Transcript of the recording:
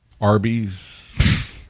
Arby's